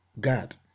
God